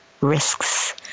risks